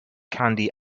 candy